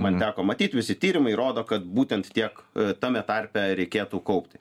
man teko matyt visi tyrimai rodo kad būtent tiek tame tarpe reikėtų kaupti